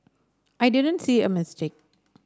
I didn't see a mistake